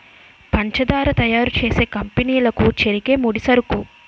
పంచదార తయారు చేసే కంపెనీ లకు చెరుకే ముడిసరుకు